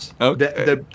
Okay